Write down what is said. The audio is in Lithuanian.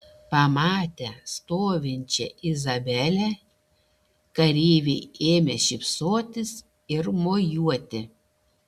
pamatę stovinčią izabelę kareiviai ėmė šypsotis ir mojuoti